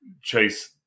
chase